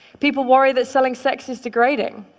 people worry that selling sex is degrading.